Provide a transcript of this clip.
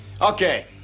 Okay